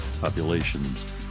populations